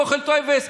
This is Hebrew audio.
מויחל טויבס,